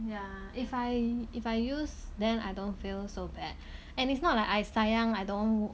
ya if I if I use then I don't feel so bad and it's not like I sayang I don't